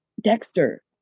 Dexter